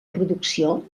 producció